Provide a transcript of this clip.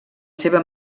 seva